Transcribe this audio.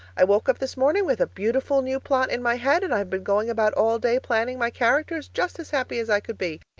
i woke up this morning with a beautiful new plot in my head, and i've been going about all day planning my characters, just as happy as i could be.